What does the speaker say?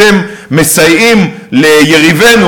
אתם מסייעים ליריבינו,